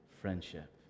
friendship